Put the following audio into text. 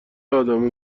ادم